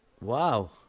Wow